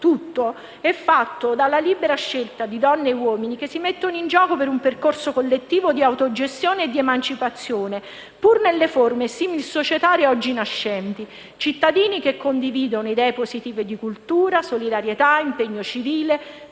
settore è fatto dalla libera scelta di donne e uomini che si mettono in gioco per un percorso collettivo di autogestione e di emancipazione, pur nelle forme simil-societarie oggi nascenti. Sono cittadini che condividono idee positive di cultura, solidarietà, impegno civile,